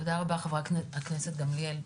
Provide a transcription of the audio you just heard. תודה רבה, חברת הכנסת גמליאל.